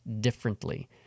differently